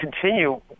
continue